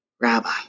rabbi